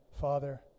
Father